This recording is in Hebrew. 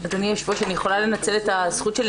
אדוני הו"ר אני יכולה לנצל את הזכות שלי